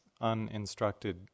uninstructed